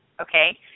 Okay